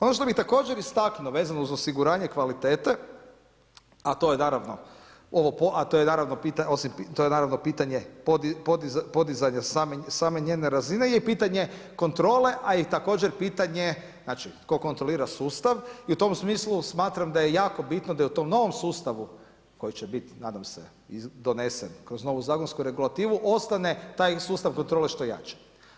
Ono što bih također istaknuo vezano uz osiguranje kvalitete, a to je naravno pitanje podizanja same njene razine je pitanje kontrole a i također pitanje, znači tko kontrolira sustav i u tom smislu smatram da je jako bitno da je u tom novom sustavu koji će biti nadam se donesen kroz novu zakonsku regulativu, ostane taj sustav kontrole što jači.